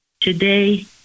today